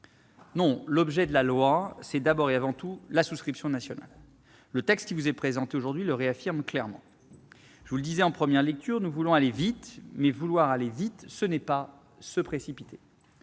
Non, l'objet du projet de loi, c'est d'abord et avant tout la souscription nationale. Le texte qui vous est présenté aujourd'hui le réaffirme clairement. Je vous le disais en première lecture : nous voulons aller vite, mais sans, pour autant, nous précipiter.